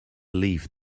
leave